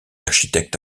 architecte